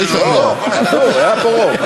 היה פה רוב.